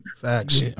Facts